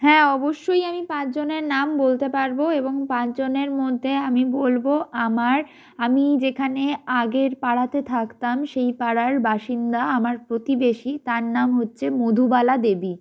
হ্যাঁ অবশ্যই আমি পাঁচজনের নাম বলতে পারব এবং পাঁচজনের মধ্যে আমি বলব আমার আমি যেখানে আগের পাড়াতে থাকতাম সেই পাড়ার বাসিন্দা আমার প্রতিবেশী তার নাম হচ্ছে মধুবালা দেবী